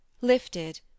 lifted